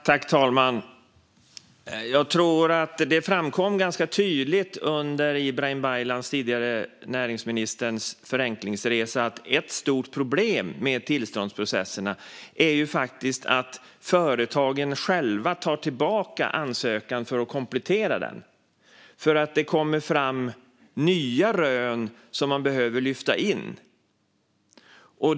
Herr talman! Jag tror att det framkom ganska tydligt under den tidigare näringsministern Ibrahim Baylans förenklingsresa att ett stort problem med tillståndsprocesserna är att företagen själva tar tillbaka ansökan för att komplettera den, eftersom det kommer fram nya rön som behöver lyftas in.